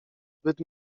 zbyt